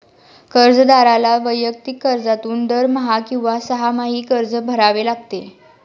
कर्जदाराला वैयक्तिक कर्जातून दरमहा किंवा सहामाही कर्ज भरावे लागते